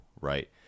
right